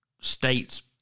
states